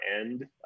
end